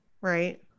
right